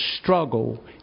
struggle